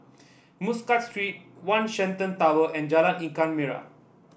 Muscat Street One Shenton Tower and Jalan Ikan Merah